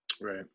Right